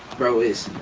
bro its,